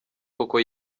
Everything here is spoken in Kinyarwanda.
koko